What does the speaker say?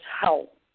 help